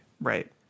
Right